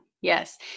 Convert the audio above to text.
Yes